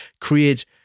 create